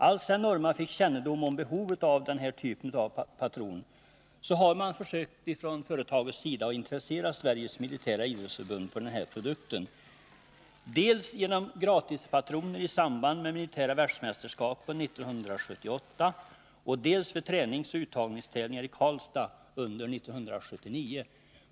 Alltsedan Norma fick kännedom om behovet av den här typen av patron har företaget försökt intressera Sveriges militära idrottsförbund för sin produkt genom gratispatroner dels i samband med de militära världsmästerskapen 1978, dels vid träningsoch uttagningstävlingar i Karlstad under 1979.